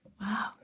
Wow